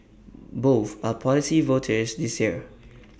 both are policy voters this year